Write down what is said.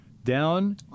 Down